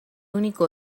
único